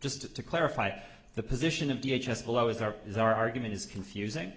just to clarify the position of the h s below is our is our argument is confusing